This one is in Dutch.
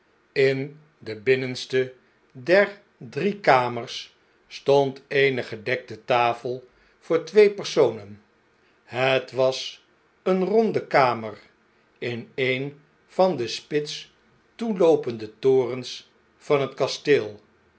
in de binnenste der drie kamers stond eene gedekte tafel voor twee personen het was eene ronde kamer in een van de spits toeloopende torens van het kasteel